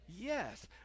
Yes